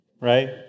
right